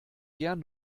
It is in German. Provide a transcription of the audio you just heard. gern